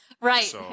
Right